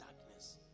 darkness